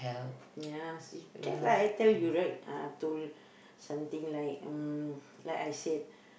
ya just like I tell you right ah told something like mm like I said